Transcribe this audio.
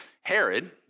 Herod